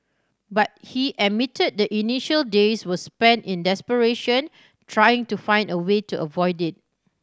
but he admitted the initial days were spent in desperation trying to find a way to avoid it